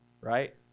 right